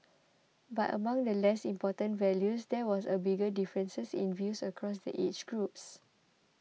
but among the less important values there was a bigger difference in views across the age groups